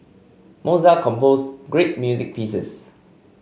Mozart composed great music pieces